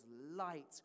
light